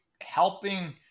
helping